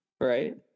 right